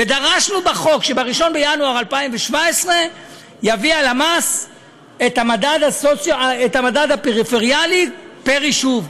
ודרשנו בחוק שב-1 בינואר 2017 הלמ"ס יביא את המדד הפריפריאלי פר יישוב,